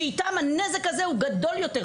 שאיתם הנזק הזה הוא גדול יותר,